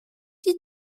die